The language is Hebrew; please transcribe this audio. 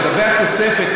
לגבי התוספת,